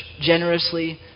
generously